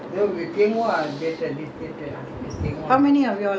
how many of you all your friends all ah which is all the turf club people